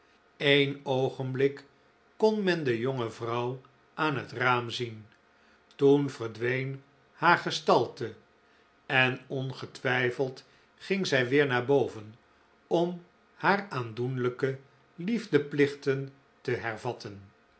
een oogenblik kon men de jonge vrouw aan het raam zien toen verdween haar gestalte en ongetwijfeld ging zij weer naar boven om haar aandoenlijke liefdeplichten te hervatten